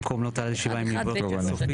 במקום 'לא תעלה על שבעה ימים' יבוא 'תהיה סופית'.